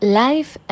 life